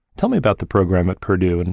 tell me about the program at purdue. and